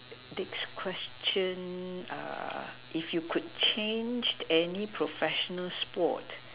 next question uh if you could change any professional sport